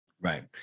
Right